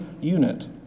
unit